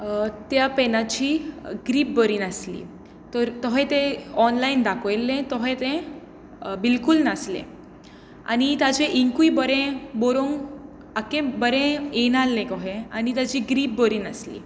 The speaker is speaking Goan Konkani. त्या पॅनाची ग्रिप बरी नासली तर तशें तें ऑनलायन दखयिल्लें तशें तें बिल्कूल नासलें आनी ताजे इंकूय बरें बरोवंक आख्खे बरें येनासलें कशें आनी ताजी ग्रिप बरी नासली